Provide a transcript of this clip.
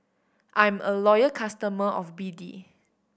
I'm a loyal customer of B D